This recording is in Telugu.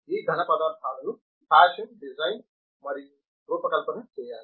ఈ ఘనపదార్థాలను ఫ్యాషన్ డిజైన్ మరియు రూపకల్పన చేయాలి